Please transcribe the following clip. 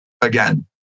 Again